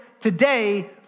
today